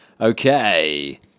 Okay